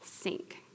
sink